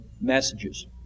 messages